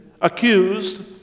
accused